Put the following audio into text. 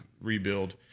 rebuild